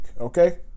okay